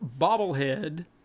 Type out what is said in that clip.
bobblehead